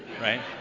right